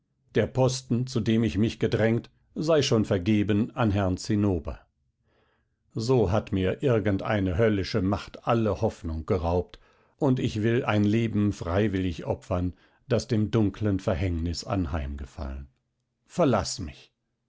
der posten zu dem ich mich gedrängt sei schon vergeben an herrn zinnober so hat mir irgendeine höllische macht alle hoffnung geraubt und ich will ein leben freiwillig opfern das dem dunklen verhängnis anheimgefallen verlaß mich